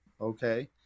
okay